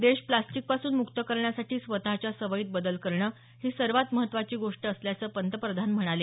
देश प्लास्टिकपासून मुक्त करण्यासाठी स्वतच्या सवयीत बदल करणं ही सर्वात महत्त्वाची गोष्ट असल्याचं पंतप्रधान म्हणाले